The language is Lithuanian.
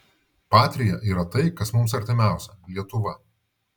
patria yra tai kas mums artimiausia lietuva